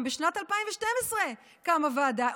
גם בשנת 2012 קמה ועדה,